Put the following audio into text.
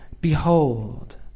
behold